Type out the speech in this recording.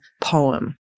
poem